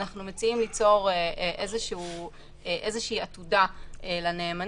אנחנו מציעים ליצור עתודה לנאמנים,